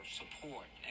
support